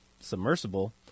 submersible